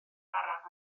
araf